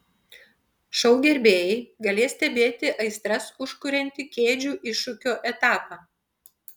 šou gerbėjai galės stebėti aistras užkuriantį kėdžių iššūkio etapą